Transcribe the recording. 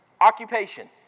occupation